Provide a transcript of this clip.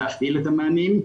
להפעיל את המענים.